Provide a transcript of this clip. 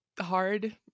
hard